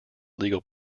legal